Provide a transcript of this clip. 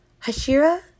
Hashira